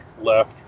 left